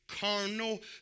carnal